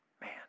Man